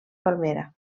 palmera